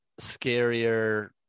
scarier